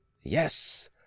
Yes